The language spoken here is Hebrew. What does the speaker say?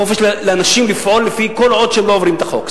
חופש לאנשים לפעול כל עוד הם לא עוברים את החוק.